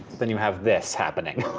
then you have this happening.